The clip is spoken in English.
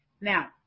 Now